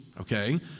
okay